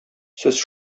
сез